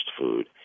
food